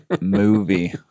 movie